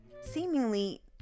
seemingly